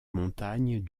montagne